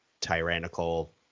tyrannical